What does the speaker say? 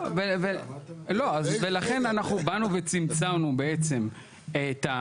ולכן אנחנו באנו וצמצמנו בעצם את,